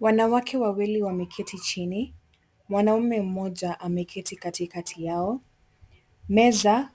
Wanawake wawili wameketi chini, mwanamume mmoja ameketi katikati yao, meza